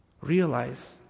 realize